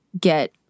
get